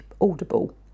Audible